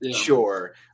Sure